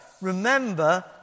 remember